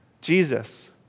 Jesus